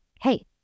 Hey